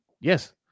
yes